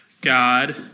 God